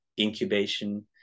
incubation